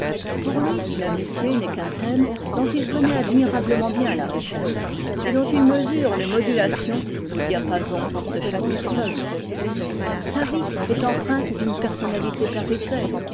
pour lui l'amitié n'est qu'un thème dont il connaît admirablement bien la richesse et dont il mesure les modulations au diapason de chaque personne sa vie est empreinte d'une personnalité perpétuelle